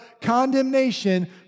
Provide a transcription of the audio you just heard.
condemnation